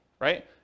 right